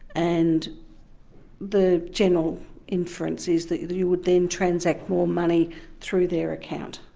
and the general inference is that you would then transact more money through their account.